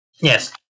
Yes